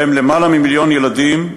ובהם יותר ממיליון ילדים,